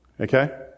Okay